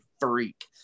freak